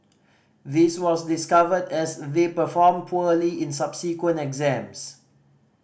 this was discovered as they performed poorly in subsequent exams